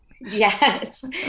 Yes